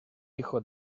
hijo